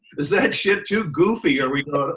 is that shit too goofy? or we'd